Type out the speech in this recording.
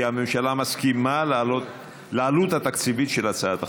הממשלה מסכימה לעלות התקציבית של הצעת החוק.